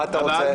מה אתה רוצה?